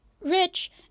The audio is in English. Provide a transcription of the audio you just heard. rich